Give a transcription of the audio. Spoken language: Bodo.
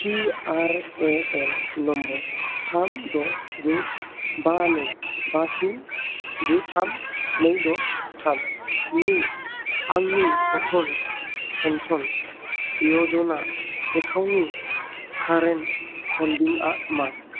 पिआरएएन नम्बर थाम द' गु बा नै बा स्नि गु थाम नै द' थाम नि आंनि अटल पेन्सन य'जना एकाउन्टनि कारेन्ट हल्डिङा मा